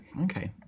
Okay